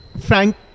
Frank